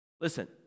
Listen